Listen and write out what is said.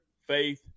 faith